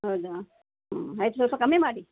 ಹೌದಾ ಆಯ್ತು ಸ್ವಲ್ಪ ಕಮ್ಮಿ ಮಾಡಿ